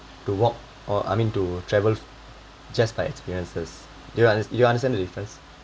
to walk or I mean to travel just by experiences do you un~ do you understand the difference